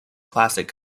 classic